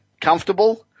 comfortable